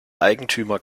eigentümer